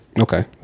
Okay